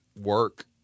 work